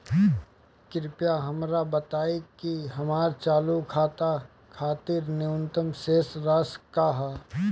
कृपया हमरा बताइं कि हमर चालू खाता खातिर न्यूनतम शेष राशि का ह